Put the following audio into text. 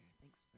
thanks